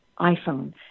iPhone